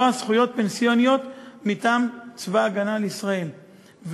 זכויות פנסיוניות מטעם צבא ההגנה לישראל,